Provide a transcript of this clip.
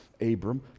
Abram